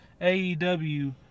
aew